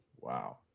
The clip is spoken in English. Wow